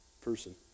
person